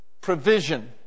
provision